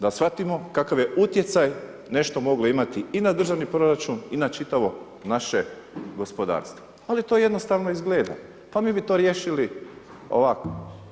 Da shvatimo kakav je utjecaj nešto moglo imati i na državni proračun i na čitavo naše gospodarstvo, ali to jednostavno izgleda, pa mi bi to riješili ovako.